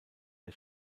der